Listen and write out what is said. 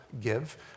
give